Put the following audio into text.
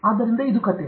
ಆದ್ದರಿಂದ ಇದು ಕಥೆ